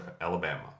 Alabama